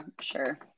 sure